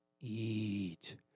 eat